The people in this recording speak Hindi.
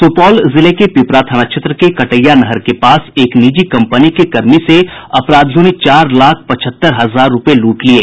सुपौल जिले के पिपरा थाना क्षेत्र के कटैया नहर के पास एक निजी कंपनी के कर्मी से अपराधियों ने चार लाख पचहत्तर हजार रूपये लूट लिये